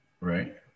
Right